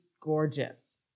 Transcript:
gorgeous